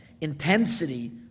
intensity